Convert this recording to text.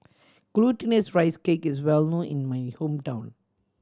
Glutinous Rice Cake is well known in my hometown